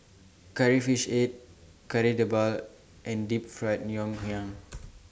Curry Fish Head Kari Debal and Deep Fried Ngoh Hiang